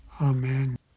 Amen